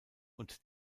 und